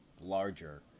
larger